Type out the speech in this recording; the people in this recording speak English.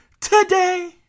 today